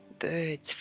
birds